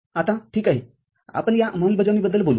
आता ठीक आहे आपण या अंमलबजावणीबद्दल बोलू